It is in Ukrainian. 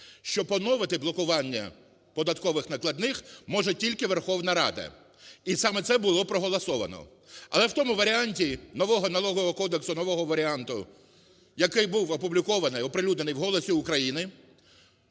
що поновити блокування податкових накладних може тільки Верховна Рада. І саме це було проголосовано. Але в тому варіанті нового Налогового кодексу, нового варіанту, який був опублікований, оприлюднений в "Голосі України",